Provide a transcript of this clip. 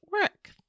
work